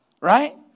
Right